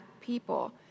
people